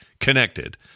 connected